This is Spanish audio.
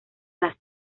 las